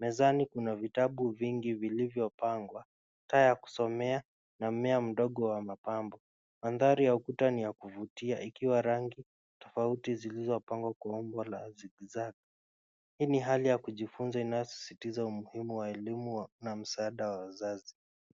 Mezani kuna vitabu vingi vilivyopangwa, taa ya kusomea na mmea mdogo wa mapambo. Mandhari ya ukuta ni ya kuvutia ikiwa rangi tofauti zilizopangwa kwa umbo la zigizagi .Hii ni hali ya kujifunza, inayosisitiza umuhimu wa elimu na msaada wa wazazi.